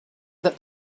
that